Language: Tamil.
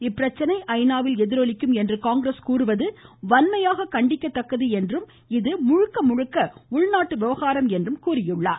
இப்பிரச்சனை ஐநாவில் எதிரொலிக்கும் என்று காங்கிரஸ் கூறுவது வன்மையாக கண்டிக்கத்தக்கது என்றும் இது முழுக்க முழுக்க உள்நாட்டு விவகாரம் என்றும் கூறினார்